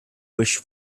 wish